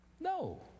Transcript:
No